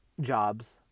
jobs